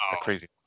crazy –